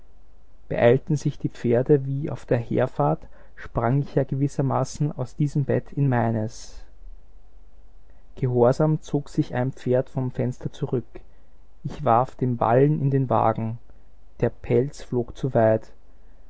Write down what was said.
beeilten sich die pferde wie auf der herfahrt sprang ich ja gewissermaßen aus diesem bett in meines gehorsam zog sich ein pferd vom fenster zurück ich warf den ballen in den wagen der pelz flog zu